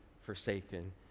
forsaken